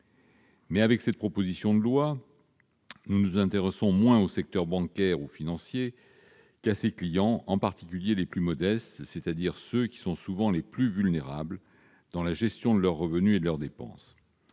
Mais avec cette proposition de loi, nous nous intéressons moins au secteur bancaire ou financier qu'à ses clients, en particulier les plus modestes, c'est-à-dire ceux qui sont souvent les plus vulnérables pour ce qui concerne la gestion de leurs revenus et de leurs dépenses.